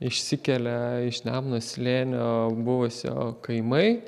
išsikelia iš nemuno slėnio buvusio kaimai